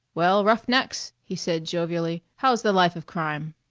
well, roughnecks, he said jovially, how's the life of crime?